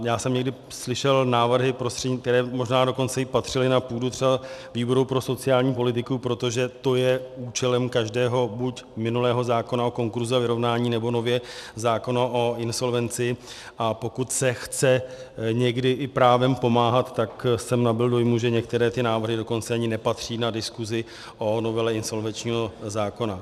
Já jsem někdy slyšel návrhy, které možná dokonce i patřily na půdu třeba výboru pro sociální politiku, protože to je účelem každého buď minulého zákona o konkurzu a vyrovnání nebo nově zákona o insolvenci, a pokud se chce někdy i právem pomáhat, tak jsem nabyl dojmu, že některé návrhy dokonce ani nepatří na diskusi o novele insolvenčního zákona.